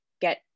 get